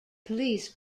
police